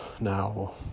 now